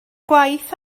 gwaith